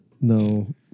No